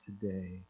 today